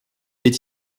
est